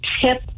tip